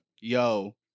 yo